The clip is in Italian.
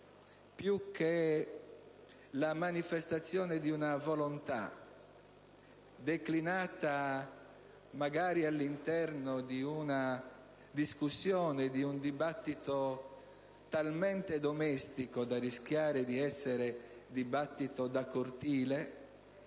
più che la manifestazione di una volontà, declinata magari all'interno di una discussione e di un dibattito talmente "domestico" da rischiare di essere dibattito "da cortile",